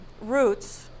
roots